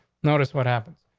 noticed what happens.